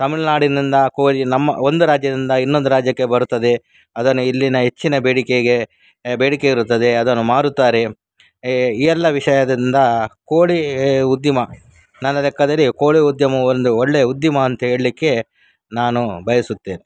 ತಮಿಳುನಾಡಿನಿಂದ ಕೋಳಿ ನಮ್ಮ ಒಂದು ರಾಜ್ಯದಿಂದ ಇನ್ನೊಂದು ರಾಜ್ಯಕ್ಕೆ ಬರುತ್ತದೆ ಅದನ್ನು ಇಲ್ಲಿನ ಹೆಚ್ಚಿನ ಬೇಡಿಕೆಗೆ ಬೇಡಿಕೆ ಇರುತ್ತದೆ ಅದನ್ನು ಮಾರುತ್ತಾರೆ ಈ ಎಲ್ಲ ವಿಷಯದಿಂದ ಕೋಳಿ ಉದ್ಯಮ ನನ್ನ ಲೆಕ್ಕದಲ್ಲಿ ಕೋಳಿ ಉದ್ಯಮ ಒಂದು ಒಳ್ಳೆಯ ಉದ್ಯಮ ಅಂತೇಳಲಿಕ್ಕೆ ನಾನು ಬಯಸುತ್ತೇನೆ